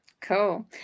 cool